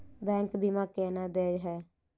Bank बीमा केना देय है?